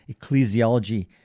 ecclesiology